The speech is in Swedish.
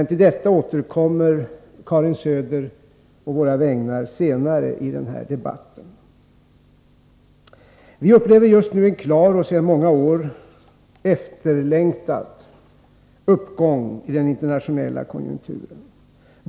Till detta återkommer Karin Söder å våra vägnar senare i denna debatt. Vi upplever just nu en klar och sedan många år efterlängtad uppgång i den internationella konjunkturen.